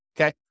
Okay